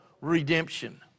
redemption